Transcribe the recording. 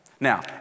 Now